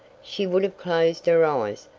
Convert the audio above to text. she would have closed her eyes,